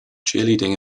cheerleading